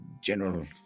general